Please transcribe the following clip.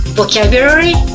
vocabulary